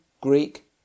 Greek